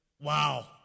wow